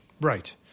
Right